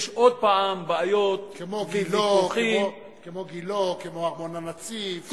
יש עוד פעם בעיות, כמו גילה, כמו ארמון-הנציב.